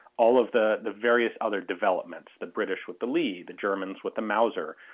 all of the the various other developments, the british with the lee, the germans with the mauser,